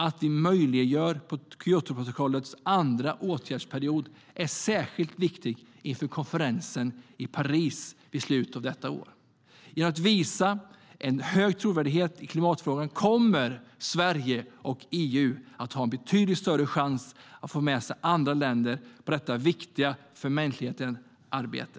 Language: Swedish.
Att vi möjliggör Kyotoprotokollets andra åtgärdsperiod är särskilt viktigt inför konferensen i Paris i slutet av detta år. Genom att visa en hög trovärdighet i klimatfrågan kommer Sverige och EU att ha en betydligt större chans att få med sig andra länder i detta för mänskligheten viktiga arbete.